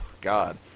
God